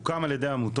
הוא הוקדם על ידי עמותות,